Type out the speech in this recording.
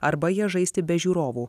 arba jas žaisti be žiūrovų